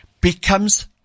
becomes